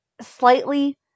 slightly